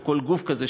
או כל גוף כזה,